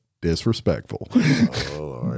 disrespectful